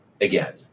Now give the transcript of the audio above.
again